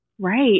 right